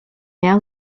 now